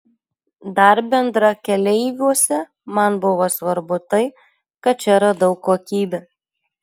dar bendrakeleiviuose man buvo svarbu tai kad čia radau kokybę